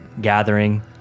gathering